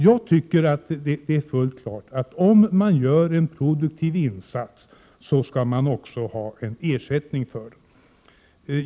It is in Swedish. Jag tycker det är fullt klart att om man gör en produktiv insats skall man också ha en ersättning för det.